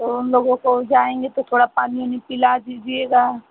तो उन लोगों को जाएँगे तो थोड़ा पानी ऊनी पिला दीजिएगा